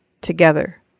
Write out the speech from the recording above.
together